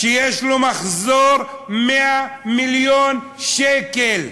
שיש לו מחזור 100 מיליון שקל.